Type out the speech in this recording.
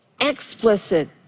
explicit